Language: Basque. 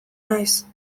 naiz